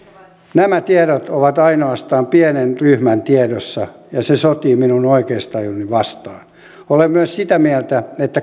nämä tiedot ovat ainoastaan pienen ryhmän tiedossa ja se sotii minun oikeustajuani vastaan olen myös sitä mieltä että